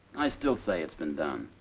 i still say it's been done.